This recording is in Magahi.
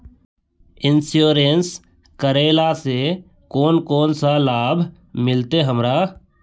इंश्योरेंस करेला से कोन कोन सा लाभ मिलते हमरा?